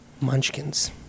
Munchkins